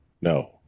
No